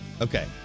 Okay